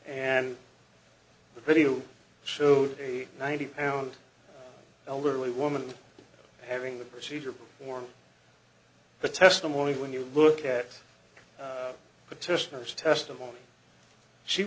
and the video showed a ninety pound elderly woman having the procedure or the testimony when you look at petitioners testimony she